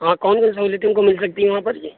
ہاں کون سی سہولیتیں ہم کو مل سکتی ہیں وہاں پر جی